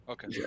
Okay